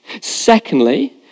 Secondly